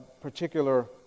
particular